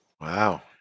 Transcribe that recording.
Wow